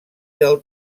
del